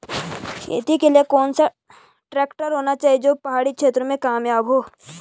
खेती के लिए कौन सा ट्रैक्टर होना चाहिए जो की पहाड़ी क्षेत्रों में कामयाब हो?